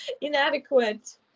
Inadequate